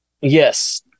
Yes